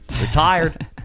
Retired